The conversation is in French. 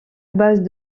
base